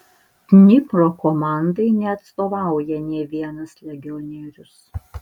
dnipro komandai neatstovauja nė vienas legionierius